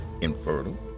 infertile